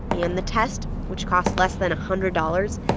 and the test, which costs less than a hundred dollars,